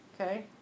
okay